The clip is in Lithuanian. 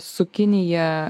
su kinija